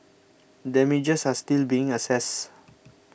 damages are still being assessed